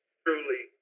truly